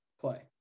play